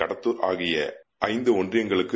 கடம்பூர் ஆகிய ஐந்து ஒன்றியங்களுக்கும்